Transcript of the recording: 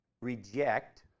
reject